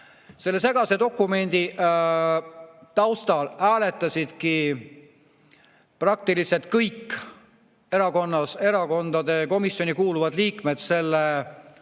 Selle segase dokumendi taustal hääletasid praktiliselt kõigi erakondade komisjoni kuuluvad liikmed selle